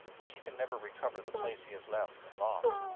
but he can never recover the place he has left and lost,